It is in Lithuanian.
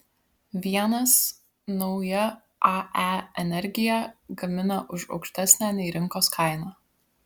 vienas nauja ae energiją gamina už aukštesnę nei rinkos kaina